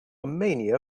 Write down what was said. mania